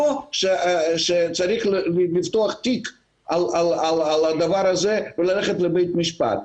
לא שצריך לפתוח תיק על הדבר הזה וללכת לבית משפט.